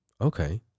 Okay